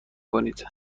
کنید